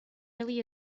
really